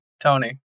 Tony